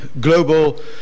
global